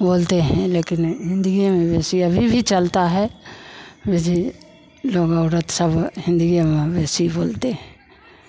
बोलते हैं लेकिन हिन्दीए में बेशी अभी भी चलता है वैसे लोग औरत सब हिन्दीए में बेशी बोलते हैं